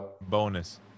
Bonus